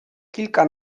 kilka